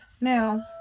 now